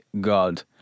god